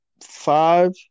five